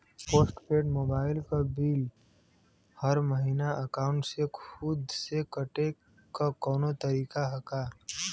Post paid mobile क bill हर महिना एकाउंट से खुद से कटे क कौनो तरीका ह का?